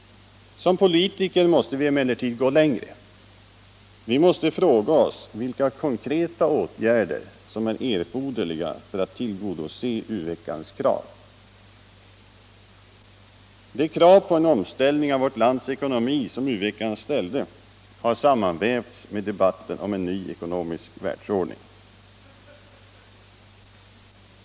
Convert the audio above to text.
Som politiker måste vi emellertid gå längre. Vi måste fråga oss vilka konkreta åtgärder som är erforderliga för att tillgodose u-veckans krav. Det krav på en omställning av vårt lands ekonomi som u-veckan reste har sammanvävts med debatten om en ny ekonomisk världsordning.